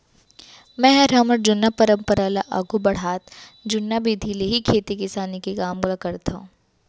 मैंहर हमर जुन्ना परंपरा ल आघू बढ़ात जुन्ना बिधि ले ही खेती किसानी के काम ल करथंव